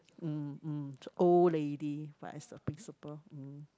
mm mm old lady but is the principal